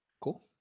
cool